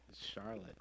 Charlotte